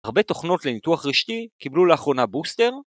הרבה תוכנות לניתוח רשתי קיבלו לאחרונה בוסטר.